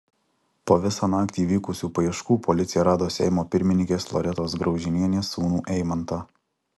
po visą naktį vykusių paieškų policija rado seimo pirmininkės loretos graužinienės sūnų eimantą